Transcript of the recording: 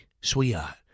sweetheart